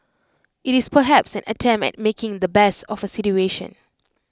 IT is perhaps an attempt at making the best of A situation